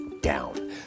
down